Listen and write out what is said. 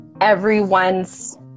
everyone's